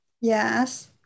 Yes